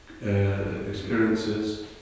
experiences